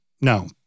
No